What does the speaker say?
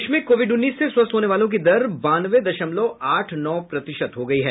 देश में कोविड उन्नीस से स्वस्थ होने वालों की दर बानवे दशमलव आठ नौ प्रतिशत हो गई है